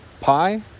pi